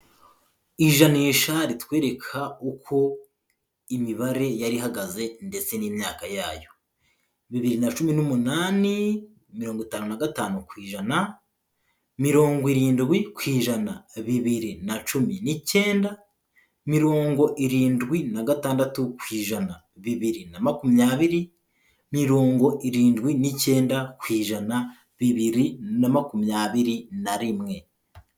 Ijanisha ritwereka uko imibare yari ihagaze ndetse n'imyaka yayo, bibiri na cumi n'umunani mirongo itanu na gatanu ku ijana, mirongo irindwi ku ijana bibiri na cumi n'icyenda, mirongo irindwi na gatandatu ku ijana bibiri na makumyabiri, mirongo irindwi n'icyenda ku ijana bibiri na makumyabiri na rimwe.